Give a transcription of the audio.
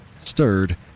stirred